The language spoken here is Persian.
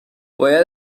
باید